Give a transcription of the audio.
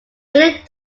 breeding